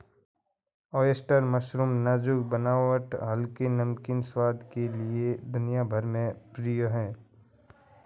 oyster mushroom नाजुक बनावट हल्के, नमकीन स्वाद के लिए दुनिया भर में प्रिय है